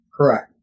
Correct